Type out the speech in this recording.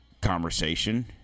conversation